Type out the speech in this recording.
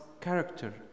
character